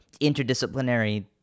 interdisciplinary